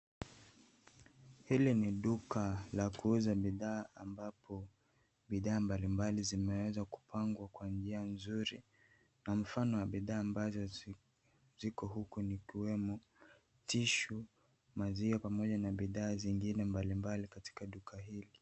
Hili ni duka la kuuza bidhaa ambapo bidhaa mbali mbali zimeweza kupangwa kwa njia nzuri. Na mfano wa bidhaa ambazo ziko huku ni kuwemo tissue , maziwa pamoja na bidhaa zingine mbali mbali katika duka hili.